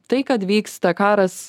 tai kad vyksta karas